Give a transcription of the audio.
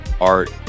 art